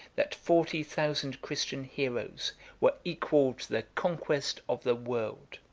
that forty thousand christian heroes were equal to the conquest of the world.